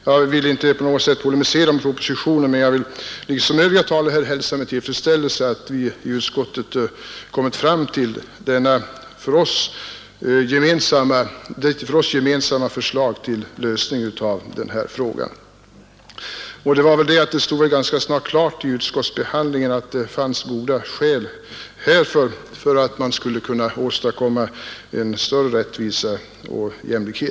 Jag vill inte på polemisera mot propositionen, men jag vill liksom övriga talare uttala min tillfredsställelse över att vi i utskottet kommit fram till ett gemensamt förslag till lösning av den här frågan. Under utskottsbehandlingen stod det ganska snart klart att det fanns goda skäl att lägga fram dessa förslag till ändringar för att åstadkomma större rättvisa och jämlikhet.